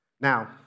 Now